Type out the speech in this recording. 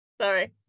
Sorry